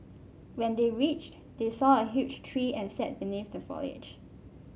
when they reached they saw a huge tree and sat beneath the foliage